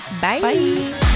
bye